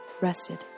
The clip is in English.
rested